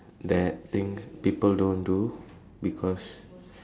that thing people don't do because